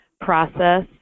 process